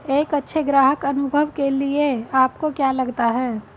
एक अच्छे ग्राहक अनुभव के लिए आपको क्या लगता है?